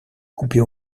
couper